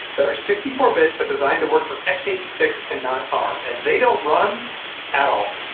that are sixty four bit, but designed to work for x eight six and not arm, and they don't run at all.